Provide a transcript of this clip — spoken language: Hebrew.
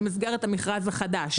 במסגרת המכרז החדש.